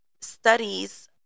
studies